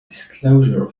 disclosure